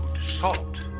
salt